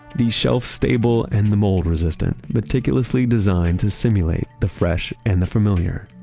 these shelf-stable and the mold-resistant, meticulously designed to simulate the fresh and the familiar.